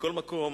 מכל מקום,